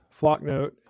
Flocknote